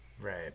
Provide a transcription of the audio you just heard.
Right